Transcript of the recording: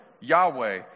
Yahweh